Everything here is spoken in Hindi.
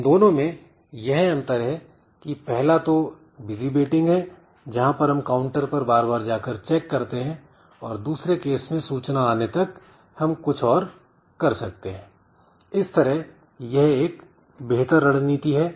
इन दोनों में यह अंतर है कि पहला तो बिजी वेटिंग है जहां पर हम काउंटर पर बार बार जाकर चेक करते हैं और दूसरे केस में सूचना आने तक हम कुछ और कर सकते हैं इस तरह यह एक बेहतर रणनीति है